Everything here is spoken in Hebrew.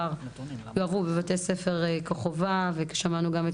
יועברו בבתי ספר כחובה ושמענו גם את